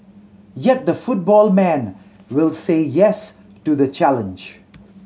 yet the football man will say yes to the challenge